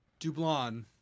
DuBlon